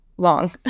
long